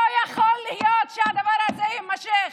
לא יכול להיות שהדבר הזה יימשך.